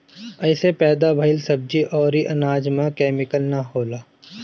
एसे पैदा भइल सब्जी अउरी अनाज में केमिकल ना होला